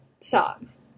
songs